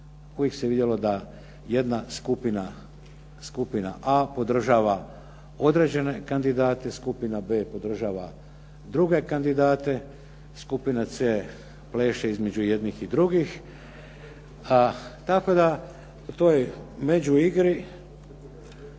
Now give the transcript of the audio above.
uvijek se vidjelo da jedna skupina a podržava određene kandidata, skupina b podržava druge kandidate, skupina c pleše između jednih i drugih. Tako da u toj međuigri,